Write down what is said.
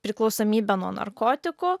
priklausomybe nuo narkotikų